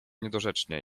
niedorzecznie